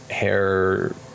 hair